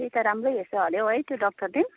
त्यही त राम्रै हेर्छ अरे हौ है त्यो डाक्टरले